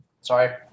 sorry